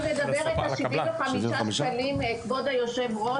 אני מדברת על שכר של 75 שקלים לשעה, כבוד היו״ר.